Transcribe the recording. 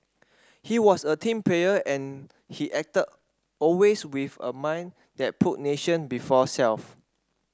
he was a team player and he acted always with a mind that put nation before self